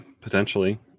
potentially